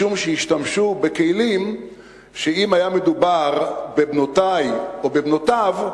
משום שהשתמשו בכלים שאם היה מדובר בבנותי או בבנותיו,